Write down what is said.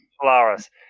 Polaris